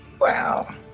Wow